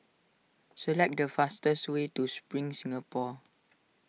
select the fastest way to Spring Singapore